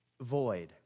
void